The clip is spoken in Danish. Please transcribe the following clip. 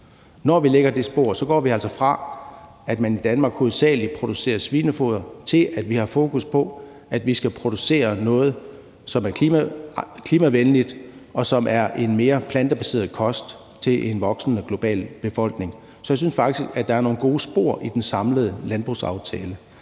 Når vi lægger det spor, går vi altså fra, at man i Danmark hovedsagelig producerer svinefoder, til, at vi har fokus på, at vi skal producere noget, som er klimavenligt, og som er en mere plantebaseret kost til en voksende global befolkning. Så jeg synes faktisk, der er nogle gode spor i den samlede landbrugsaftale.